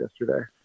yesterday